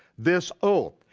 this oath.